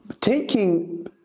Taking